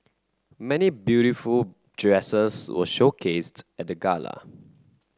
many beautiful dresses were showcased at the gala